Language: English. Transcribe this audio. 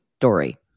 Dory